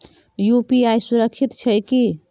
UPI सुरक्षित छै की?